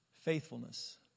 Faithfulness